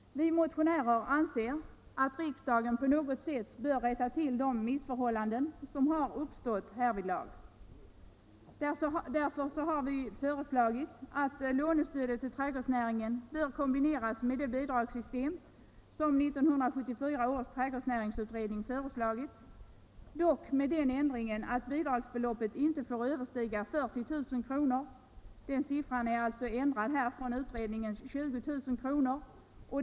Vi motionärer anser att riksdagen på något sätt bör rätta till de missförhållanden som har uppstått härvidlag. Därför har vi föreslagit att lånestödet till trädgårdsnäringen skall kombineras med det bidragssystem som 1974 års trädgårdsnäringsutredning tänkt sig, dock med den ändringen att bidragsbeloppet ej får överstiga 40 000 kr. Siffran har alltså ändrats från utredningens 20000.